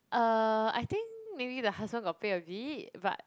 uh I think maybe the husband got pay a bit but